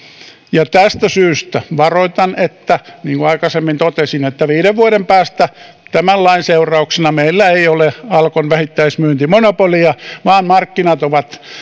ja tästä syystä varoitan että niin kuin aikaisemmin totesin viiden vuoden päästä tämän lain seurauksena meillä ei ole alkon vähittäismyyntimonopolia vaan markkinat ovat